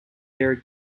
their